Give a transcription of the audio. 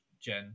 Jen